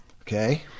Okay